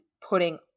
putting